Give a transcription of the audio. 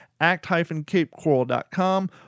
act-capecoral.com